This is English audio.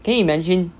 can you imagine